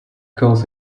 calls